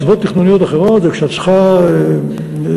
סיבות תכנוניות אחרות זה כשאת צריכה לעתים